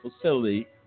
facility